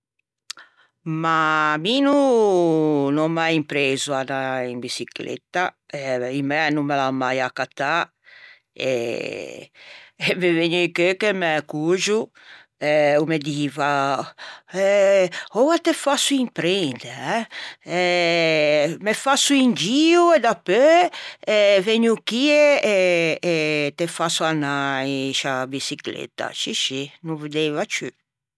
ma mi no n'ò mai impreiso à anâ in biçicletta e i mæ no me l'an mai accattâ e e me vëgne in cheu che mæ côxo o me diva “eh oua te fasso imprende eh? Eme fasso un gio e dapeu vëgno chì e te fasso anâ in sciâ biçicletta” scì scì no o veddeiva ciù